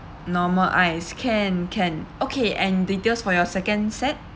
normal ice can can okay and details for your second set